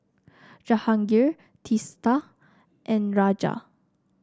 Jehangirr Teesta and Raja